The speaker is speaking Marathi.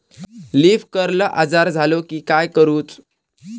लीफ कर्ल आजार झालो की काय करूच?